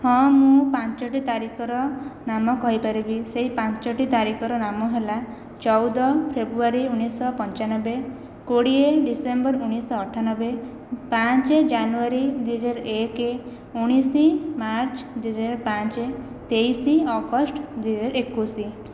ହଁ ମୁଁ ପାଞ୍ଚଟି ତାରିଖର ନାମ କହିପାରିବି ସେହି ପାଞ୍ଚଟି ତାରିଖର ନାମ ହେଲା ଚଉଦ ଫେବୃଆରୀ ଉଣେଇଶଶହ ପଞ୍ଚାନବେ କୋଡ଼ିଏ ଡିସେମ୍ବର ଉଣେଇଶଶହ ଅଠାନବେ ପାଞ୍ଚ ଜାନୁଆରୀ ଦୁଇହଜାର ଏକ ଉଣେଇଶ ମାର୍ଚ୍ଚ ଦୁଇହଜାର ପାଞ୍ଚ ତେଇଶ ଅଗଷ୍ଟ ଦୁଇହଜାର ଏକୋଇଶ